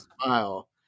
smile